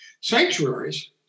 sanctuaries